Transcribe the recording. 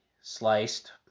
sliced